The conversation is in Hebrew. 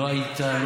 הייתה.